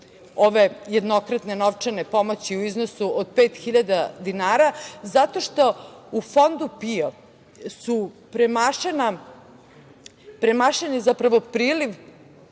ove jednokratne novčane pomoći u iznosu od 5.000 dinara, zato što u Fondu PIO je premašen priliv